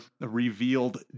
revealed